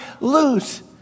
lose